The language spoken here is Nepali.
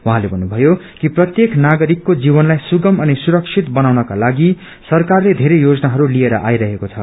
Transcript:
उहाँले भन्नुभयो कि प्रत्येक नागरिकको जीवनताई सुगम अनि सुरक्षित बनाउनको लागि सरकारले बेरै योजनाहरू तिएर आइरहेको छ